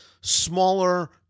smaller